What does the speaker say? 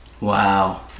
Wow